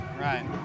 Right